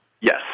Yes